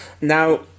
Now